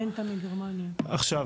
עכשיו